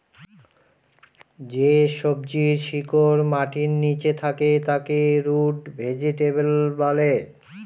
যে সবজির শিকড় মাটির নীচে থাকে তাকে রুট ভেজিটেবল বলে